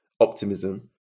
optimism